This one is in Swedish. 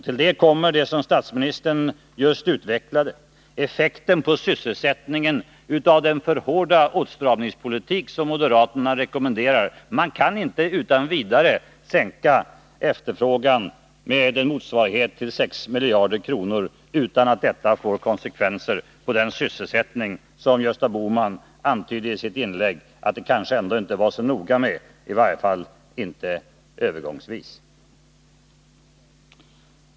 Till detta kommer det som statsministern nyss utvecklade: effekten på sysselsättningen av den för hårda åtstramningspolitik som moderaterna rekommenderar. Man kan inte utan vidare sänka efterfrågan så att det motsvarar 6 miljarder utan att detta får konsekvenser för sysselsättningen. Men Gösta Bohman antydde ju i sitt inlägg att det kanske ändå inte var så noga med sysselsättningen, i varje fall inte övergångsvis.